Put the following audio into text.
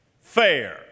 Fair